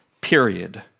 period